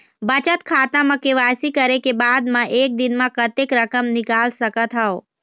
बचत खाता म के.वाई.सी करे के बाद म एक दिन म कतेक रकम निकाल सकत हव?